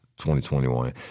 2021